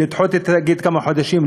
לדחות את התאגיד בכמה חודשים,